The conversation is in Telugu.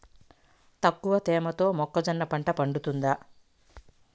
తక్కువ తేమతో మొక్కజొన్న పంట పండుతుందా?